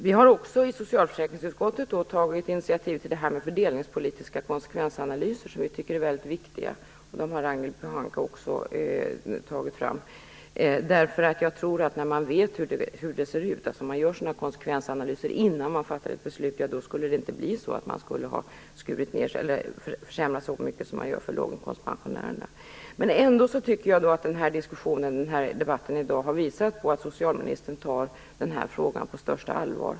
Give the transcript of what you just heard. Vi har också i socialförsäkringsutskottet tagit initiativ till fördelningspolitiska konsekvensanalyser, som vi tycker är mycket viktiga. Dem har Ragnhild Pohanka också tagit upp. Jag tror att när man vet hur det ser ut, när man har gjort konsekvensanalyser innan man fattar ett beslut, skulle man inte försämra så mycket som man gör för låginkomstpensionärerna. Ändå tycker jag att den här debatten i dag har visat på att socialministern tar frågan på största allvar.